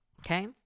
Okay